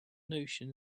notion